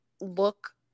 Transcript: look